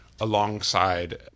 alongside